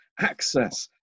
access